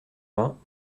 vingts